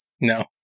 no